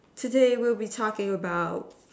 today we'll be talking about